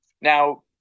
now